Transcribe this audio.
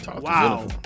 Wow